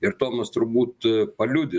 ir tomas turbūt paliudys